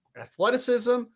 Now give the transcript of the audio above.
athleticism –